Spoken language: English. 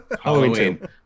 Halloween